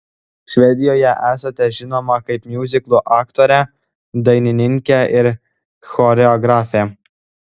švedijoje esate žinoma kaip miuziklų aktorė dainininkė ir choreografė